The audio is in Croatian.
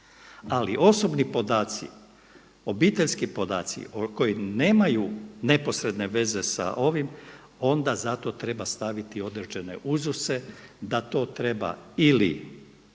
ali osobni podaci, obiteljski podaci koji nemaju neposredne veze sa ovim onda zato treba staviti određene uzuse da to treba ili